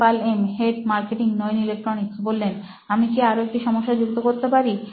শ্যাম Pal M head marketing নোইন electronics আমি কি আরও একটা সমস্যা যুক্ত করতে পারি